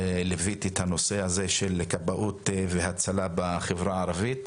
ליוויתי את הנושא הזה של כבאות והצלחה בחברה הערבית.